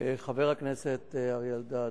חבר הכנסת אריה אלדד,